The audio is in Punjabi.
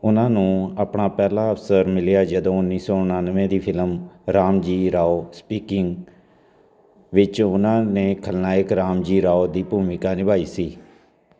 ਉਨ੍ਹਾਂ ਨੂੰ ਆਪਣਾ ਪਹਿਲਾ ਅਵਸਰ ਮਿਲਿਆ ਜਦੋਂ ਉੱਨੀ ਸੌ ਉਣਾਨਵੇਂ ਦੀ ਫਿਲਮ ਰਾਮਜੀ ਰਾਓ ਸਪੀਕਿੰਗ ਵਿੱਚ ਉਨ੍ਹਾਂ ਨੇ ਖਲਨਾਇਕ ਰਾਮਜੀ ਰਾਓ ਦੀ ਭੂਮਿਕਾ ਨਿਭਾਈ ਸੀ